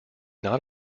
not